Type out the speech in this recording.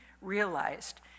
realized